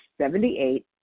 78